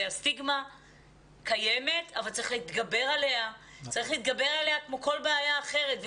זה שהסטיגמה קיימת אבל צריך להתגבר עליה כמו כל בעיה אחרת,